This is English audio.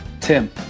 Tim